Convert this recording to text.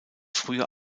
früher